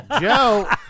Joe